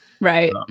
Right